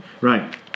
Right